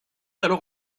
alors